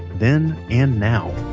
then and now